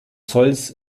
zolls